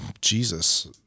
Jesus